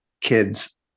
kids